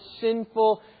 sinful